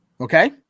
okay